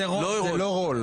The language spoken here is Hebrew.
לא רול.